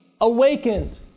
awakened